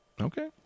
Okay